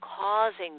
causing